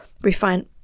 refine